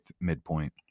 midpoint